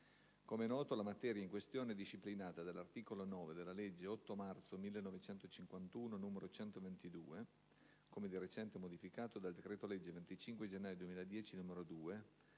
Come è noto, la materia in questione è disciplinata dall'articolo 9 della legge 8 marzo 1951, n. 122, come di recente modificato dal decreto-legge 25 gennaio 2010, n. 2,